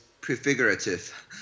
prefigurative